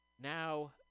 Now